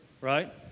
right